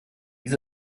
dies